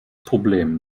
problem